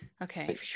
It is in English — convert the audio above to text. Okay